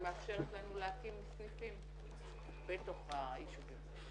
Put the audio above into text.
מאפשרת לנו להקים סניפים בתוך היישובים.